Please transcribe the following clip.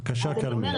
בבקשה כרמית.